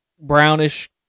brownish